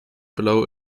below